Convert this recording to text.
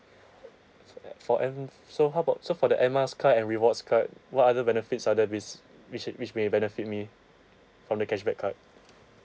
for air so how about so for the air miles card and rewards card what other benefits are there wi~ which which may benefit me from the cashback card